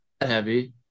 heavy